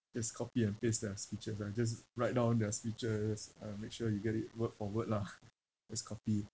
just copy and paste their speeches lah just write down their speeches uh make sure you get it word for word lah just copy